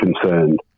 concerned